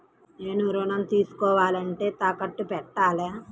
నేను ఋణం తీసుకోవాలంటే తాకట్టు పెట్టాలా?